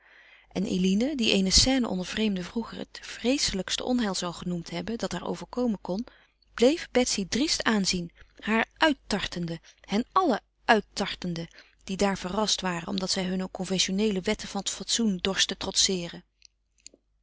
en eline die eene scène onder vreemden vroeger het vreeselijkste onheil zou genoemd hebben dat haar overkomen kon bleef betsy driest aanzien haar uittartende hen allen uittartende die daar verrast waren omdat zij hunne conventioneele wetten van fatsoen dorst te trotseeren